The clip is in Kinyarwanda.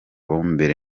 mbere